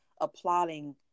applauding